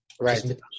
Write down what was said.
Right